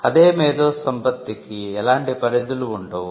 అదే మేధో సంపత్తికి ఎలాంటి పరిధులు ఉండవు